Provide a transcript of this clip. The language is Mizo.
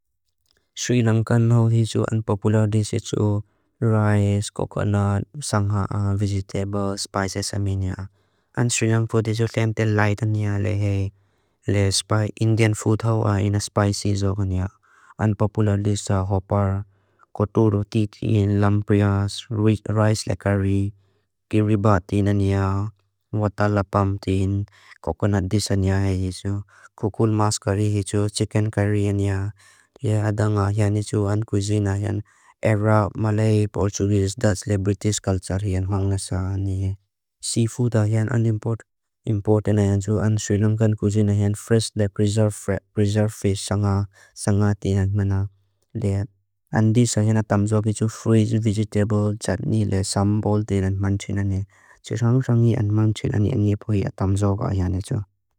Sri Lankan hau isu unpopular dish isu rice, coconut, sangha, vegetable, spices ad meam. Sri Lankan food isu tempe light ad meam. Indian food hau isu spicy ad meam. Unpopular dish isu hopper, katoru, titi, lamb prias, rice curry, kiri bati, watala pumpkin, coconut dish ad meam. Coconut curry isu chicken curry ad meam. Adang ad meam isu cuisine ad meam. Arab, Malay, Portuguese, Dutch, British culture ad meam. Seafood ad meam unimportant ad meam. Sri Lankan cuisine ad meam. Fresh preserved fish sangha ad meam. Freezed vegetables ad meam.